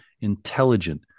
intelligent